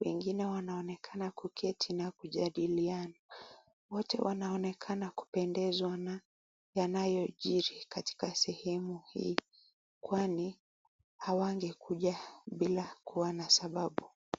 Wengine wanaonekana kuketi na kujadiliana. Wote wanaonekana kupendezwa na yanayojiri katika sehemu hii, kwani hawangekuja bila kuwa na sababu.